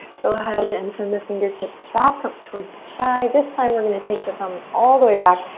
go ahead and send the fingertips back up towards the sky. this time we're gonna take the thumbs all the way back.